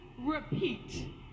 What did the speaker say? repeat